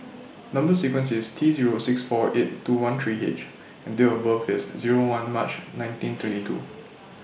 Number sequence IS T Zero six four eight two one three H and Date of birth IS Zero one March nineteen twenty two